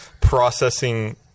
processing